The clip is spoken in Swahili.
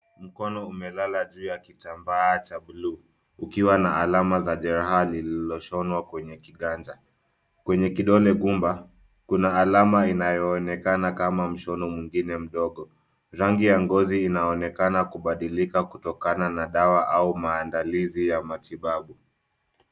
Mkono umelala juu ya kitambaa cha buluu ukiwa na alama za jeraha lililoshonwa kwenye kiganja. Kwenye kidole gumba, kuna alama inayooenekana kama mshono mwingine mdogo. Rangi ya ngozi inaonekana kubadilika kutokana na dawa au maandalizi ya matibabu.